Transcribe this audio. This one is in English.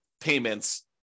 payments